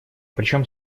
причем